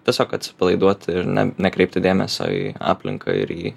tiesiog atsipalaiduot ir ne nekreipti dėmsio į aplinką ir į